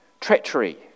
Treachery